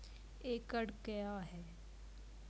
एकड कया हैं?